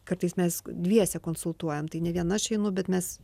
kartais mes dviese konsultuojam tai ne vien aš einu bet mes